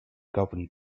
governed